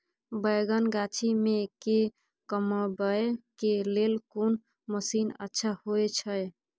बैंगन गाछी में के कमबै के लेल कोन मसीन अच्छा होय छै?